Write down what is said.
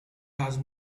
has